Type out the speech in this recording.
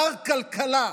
מר כלכלה,